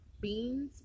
beans